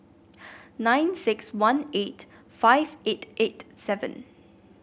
nine six one eight five eight eight seven